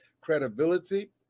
credibility